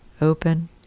open